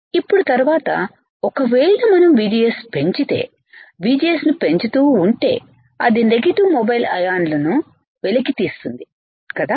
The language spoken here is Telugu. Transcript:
ఇప్పుడు తరువాత ఒకవేళ మనం VGS పెంచితే VGSని పెంచుతూ ఉంటేఅది నెగటివ్ మొబైల్ అయాన్లు న్లు వెలికితీస్తుంది కదా